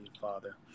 Father